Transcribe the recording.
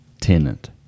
tenant